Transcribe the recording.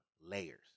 Layers